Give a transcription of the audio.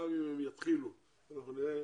אם הם יתחילו, אנחנו נראה